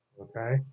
Okay